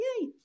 yay